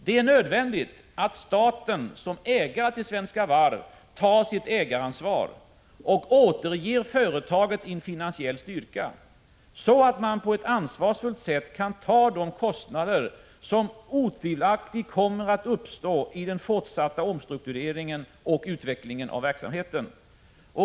Det är nödvändigt att staten som ägare till Svenska Varv tar sitt ägaransvar och återger företaget en finansiell styrka, så att man på ett ansvarsfullt sätt kan ta de kostnader som otvivelaktigt kommer att uppstå i den fortsatta omstruktureringen och utvecklingen av verksamheten.